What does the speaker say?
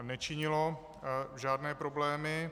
Nečinilo žádné problémy.